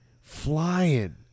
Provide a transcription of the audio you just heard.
flying